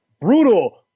brutal